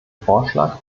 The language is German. vorschlag